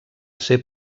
ser